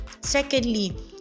secondly